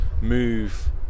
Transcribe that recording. move